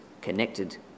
connected